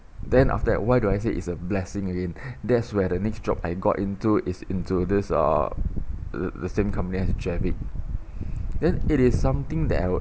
then after that why do I say it's a blessing again that's where the next job I got into is into this uh the the same company as jerrick then it is something that I would